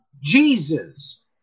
Jesus